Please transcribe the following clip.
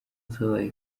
zabaye